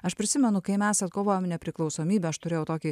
aš prisimenu kai mes atkovojom nepriklausomybę aš turėjau tokį